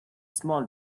small